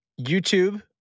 youtube